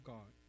God